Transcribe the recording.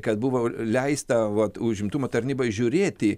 kad buvo leista vat užimtumo tarnybai žiūrėti